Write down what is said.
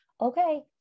okay